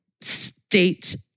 state